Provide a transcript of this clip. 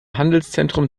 handelszentrum